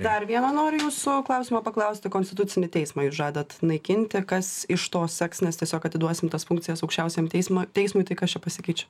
dar vieną noriu jūsų klausimą paklausti konstitucinį teismą jūs žadat naikinti kas iš to seks nes tiesiog atiduosim tas funkcijas aukščiausiajam teismo teismui tai kas čia pasikeičia